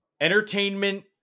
Entertainment